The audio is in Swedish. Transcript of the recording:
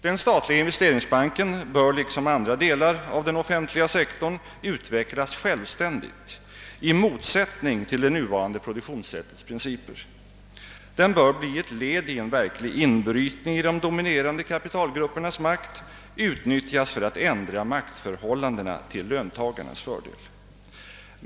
Den statliga investeringsbanken bör liksom andra delar av den offentliga sektorn utvecklas självständigt, i motsättning till det nuvarande produktionssättets principer. Den bör bli ett led i en verklig inbrytning i de dominerande kapitalgruppernas makt och utnyttjas för att ändra maktförhållandena till löntagarnas fördel.